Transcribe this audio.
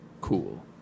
Cool